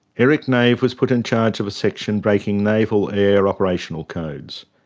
eric nave was put in charge of a section breaking naval air operational codes,